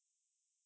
what